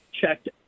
checked